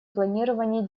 планировании